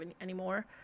anymore